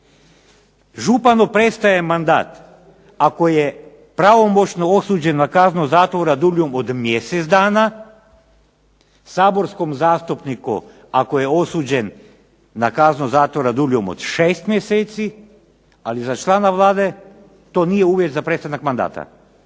Županu prestaje mandat ako je pravomoćno osuđen na kaznu zatvora duljom od mjesec dana, saborskom zastupniku ako je osuđen na kaznu zatvora dužom od 6 mjeseci, ali za člana Vlade to nije uvjet za prestanak mandata.